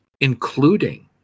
including